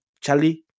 Charlie